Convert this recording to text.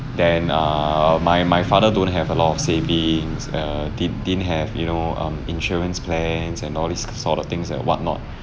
then err my my father don't have a lot of savings err did didn't have you know um insurance plans and all this k~ sort of things and whatnot